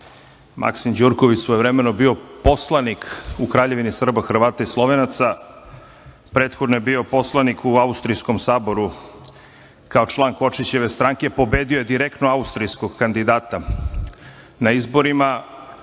Maksim Đurković svojevremeno bio poslanik u Kraljevini Srba, Hrvata i Slovenaca. Prethodno je bio poslanik u Austrijskom saboru kao član Kočićeve stranke. Pobedio je direktno Austrijskog kandidata na izborima